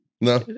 No